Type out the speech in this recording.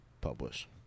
publish